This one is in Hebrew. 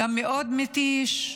גם מאוד מתיש,